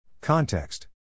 Context